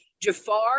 Jafar